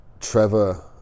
Trevor